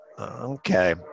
okay